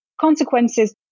consequences